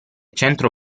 centro